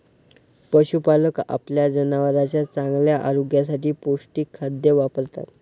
पशुपालक आपल्या जनावरांच्या चांगल्या आरोग्यासाठी पौष्टिक खाद्य वापरतात